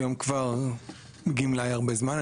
היום כבר גמלאי הרבה זמן,